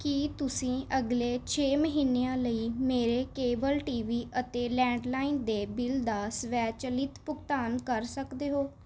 ਕੀ ਤੁਸੀਂਂ ਅਗਲੇ ਛੇ ਮਹੀਨਿਆਂ ਲਈ ਮੇਰੇ ਕੇਬਲ ਟੀ ਵੀ ਅਤੇ ਲੈਂਡਲਾਈਨ ਦੇ ਬਿੱਲ ਦਾ ਸਵੈਚਲਿਤ ਭੁਗਤਾਨ ਕਰ ਸਕਦੇ ਹੋ